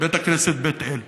בית הכנסת בית אל,